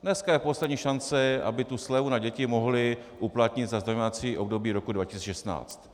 Dneska je poslední šance, aby slevu na děti mohli uplatnit za zdaňovací období roku 2016.